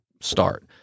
start